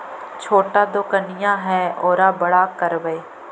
छोटा दोकनिया है ओरा बड़ा करवै?